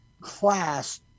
class